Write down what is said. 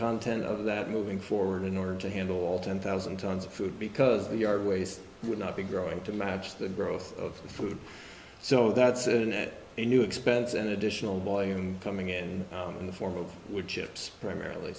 content of that moving forward in order to handle all ten thousand tons of food because the yard waste would not be growing to match the growth of the food so that's an it a new expense an additional volume coming in in the form of wood chips primarily